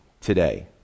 today